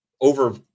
over